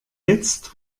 jetzt